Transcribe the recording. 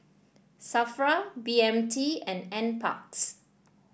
Safra B M T and NParks